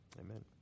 Amen